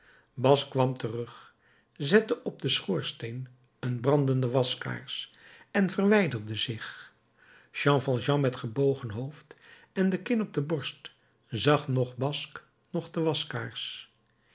basque kwam terug zette op den schoorsteen een brandende waskaars en verwijderde zich jean valjean met gebogen hoofd en de kin op de borst zag noch basque noch de waskaars